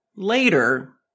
Later